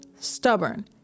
stubborn